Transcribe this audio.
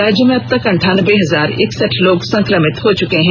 राज्य में अबतक अंठानबे हजार इकसठ लोग संक्रमित हो चुके हैं